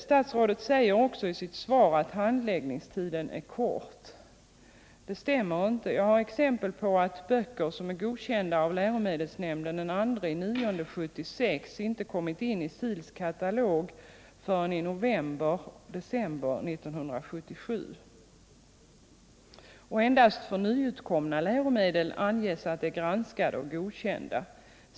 Statsrådet säger också i sitt svar att handläggningstiden är kort. Det stämmer inte. Jag har exempel på att böcker som godkänts av läromedelsnämnden den 2 september 1976 inte kommit in i SIL-katalogen förrän i november-december 1977. Endast för nyutkomna läromedel anges att de är granskade och godkända.